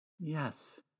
Yes